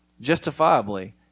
justifiably